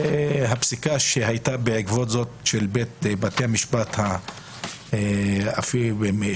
והפסיקה של בתי המשפט השלום,